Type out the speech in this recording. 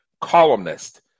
columnist